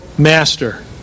master